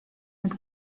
mit